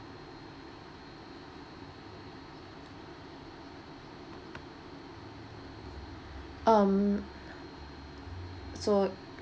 um so